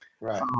Right